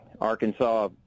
Arkansas